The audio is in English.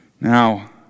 Now